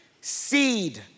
seed